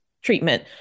Treatment